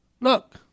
look